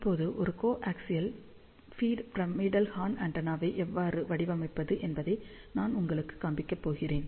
இப்போது ஒரு coaxial feed pyramidal horn ஆண்டெனாவை எவ்வாறு வடிவமைப்பது என்பதை நான் உங்களுக்குக் காண்பிக்கப் போகிறேன்